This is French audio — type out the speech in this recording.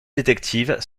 détective